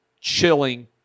chilling